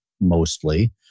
mostly